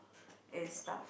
and stuff